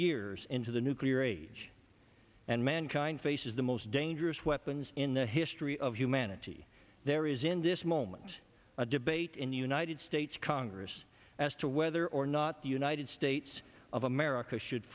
years into the nuclear age and mankind faces the most dangerous weapons in the history of humanity there is in this moment a debate in the united states congress as to whether or not the united states of america should